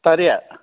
ꯇꯔꯦꯠ